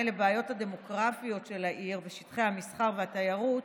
לבעיות הדמוגרפיות של העיר ושטחי המסחר והתיירות,